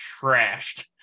trashed